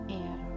air